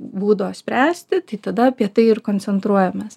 būdo spręsti tai tada apie tai ir koncentruojamės